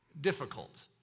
difficult